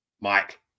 Mike